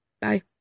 Bye